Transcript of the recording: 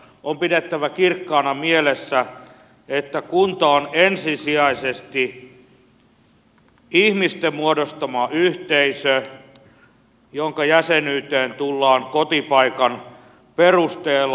on pidettävä kirkkaana mielessä että kunta on ensisijaisesti ihmisten muodostama yhteisö jonka jäsenyyteen tullaan kotipaikan perusteella